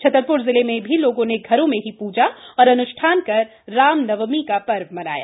छतरपूर जिले में भी लोगों ने घरों में ्ज़ा और अन्ष्ठान कर रामनवनमी का श्वर्व मनाया